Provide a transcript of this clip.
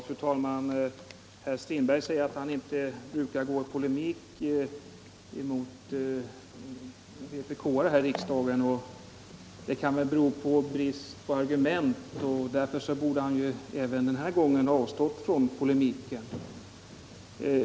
Fru talman! Herr Strindberg säger att han inte brukar gå i polemik mot vpk-are här i riksdagen. Det kan väl bero på brist på argument, och därför borde han även den här gången ha avstått från polemiken.